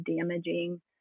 damaging